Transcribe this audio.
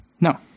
No